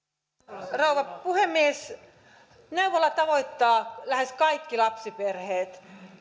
arvoisa rouva puhemies neuvola tavoittaa lähes kaikki lapsiperheet